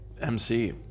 MC